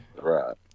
right